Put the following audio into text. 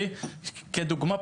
לדוגמה,